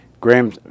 Graham